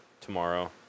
tomorrow